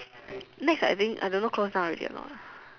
Nex I think I don't know close down already or not